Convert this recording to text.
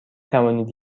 توانید